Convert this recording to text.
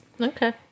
Okay